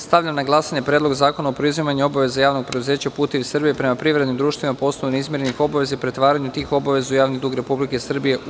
Stavljam na glasanje Predlog zakona o preuzimanju obaveza Javnog preduzeća "Putevi Srbije" prema privrednim društvima po osnovu neizmirenih obaveza i pretvaranja tih obaveza u javni dug Republike Srbije, u